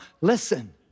Listen